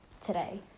today